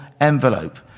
envelope